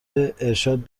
ارشاد